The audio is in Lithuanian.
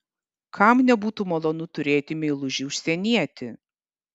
kam nebūtų malonu turėti meilužį užsienietį